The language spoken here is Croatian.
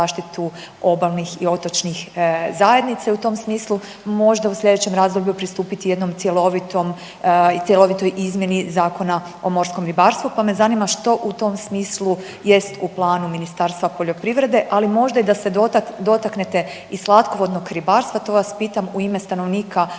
obalnih i otočnih zajednica i u tom smislu možda u slijedećem razdoblju pristupiti jednom cjelovitom, cjelovitoj izmjeni Zakona o morskom ribarstvu, pa me zanima što u tom smislu jest u planu Ministarstva poljoprivrede, ali možda da se dotaknete i slatkovodnog ribarstva. To vas pitam u ime stanovnika